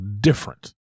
different